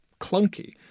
clunky